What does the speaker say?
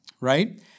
right